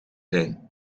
zijn